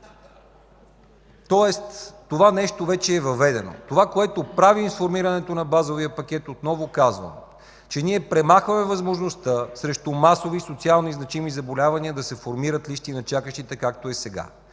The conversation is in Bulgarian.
Тоест това нещо вече е въведено. Това, което правим с формирането на базовия пакет, отново казвам: премахваме възможността срещу масови и социалнозначими заболявания да се формират листи на чакащите, както е сега.